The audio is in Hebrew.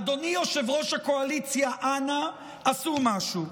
אדוני יושב-ראש הקואליציה, אנא, עשו משהו.